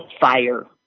fire